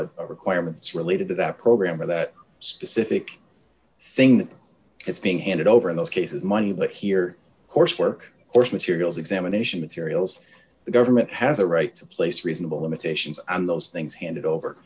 a requirements related to that program or that specific thing that it's being handed over in those cases money but here coursework course materials examination materials the government has a right to place reasonable limitations on those things handed over